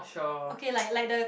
okay like like the